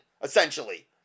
essentially